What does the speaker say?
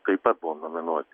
taip pat buvom nominuoti